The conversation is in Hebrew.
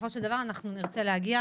בסופו של דבר אנחנו נרצה להגיע